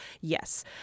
Yes